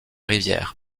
rivières